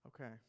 okay